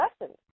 lessons